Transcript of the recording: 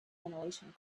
ventilation